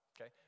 Okay